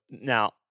now—